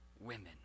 women